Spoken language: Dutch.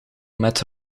met